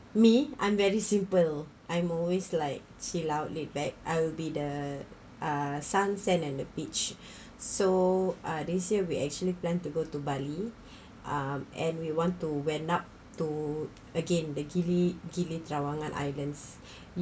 me I'm very simple I'm always like chill out laid back I will be the uh sun sand and the beach so uh this year we actually plan to go to bali um and we want to went up to again the gili gili trawangan islands